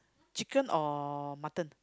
chicken or mutton